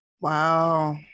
Wow